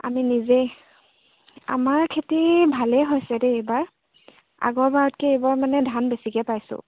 আমি নিজেই আমাৰ খেতি ভালেই হৈছে দেই এইবাৰ আগৰবাৰতকৈ এইবাৰ মানে ধান বেছিকৈ পাইছোঁ